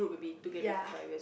ya